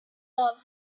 love